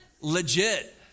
legit